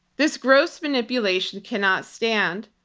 this gross manipulation cannot stand.